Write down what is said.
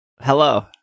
Hello